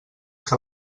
que